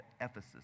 Ephesus